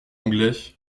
anglais